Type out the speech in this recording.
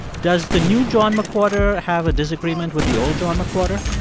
does the new john mcwhorter have a disagreement with the old john mcwhorter?